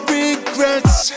regrets